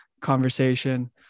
conversation